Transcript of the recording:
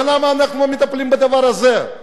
ולמה אנחנו לא מטפלים בדבר הזה?